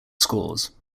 scores